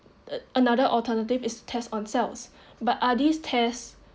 a~ another alternative is test on cells but are these tests